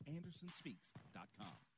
Andersonspeaks.com